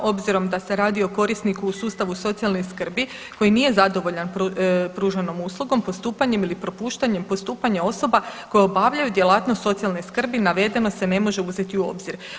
Obzirom da se radi o korisniku u sustavu socijalne skrbi koji nije zadovoljan pruženom uslugom, postupanjem ili propuštanjem postupanje osoba koje obavljaju djelatnost socijalne skrbi navedeno se ne može uzeti u obzir.